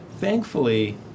thankfully